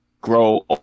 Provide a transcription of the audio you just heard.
grow